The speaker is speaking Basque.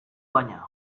baina